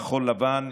כחול לבן,